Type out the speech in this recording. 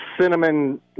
cinnamon